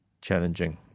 challenging